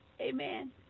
Amen